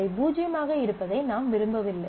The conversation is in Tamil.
அவை பூஜ்யமாக இருப்பதை நாம் விரும்பவில்லை